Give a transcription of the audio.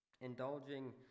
indulging